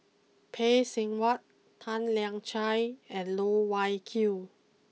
Phay Seng Whatt Tan Lian Chye and Loh Wai Kiew